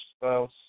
spouse